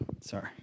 Sorry